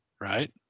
right